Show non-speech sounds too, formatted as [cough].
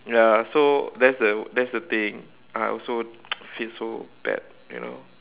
ya so that's the that's the thing I also [noise] feel so bad you know